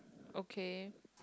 okay